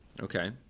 Okay